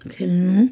खेल्नु